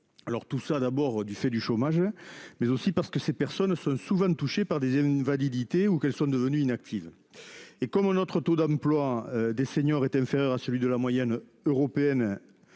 Alors tout ça d'abord du fait du chômage mais aussi parce que ces personnes sont souvent touchés par des une validité ou qu'elles sont devenues inactives et comme notre taux d'emploi des seniors est inférieur à celui de la moyenne européenne.